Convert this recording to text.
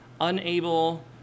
unable